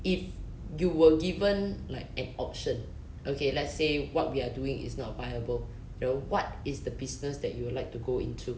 if you were given like an option okay let's say what we are doing is not viable though what is the business that you would like to go into